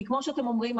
כי כמו שאתם אומרים,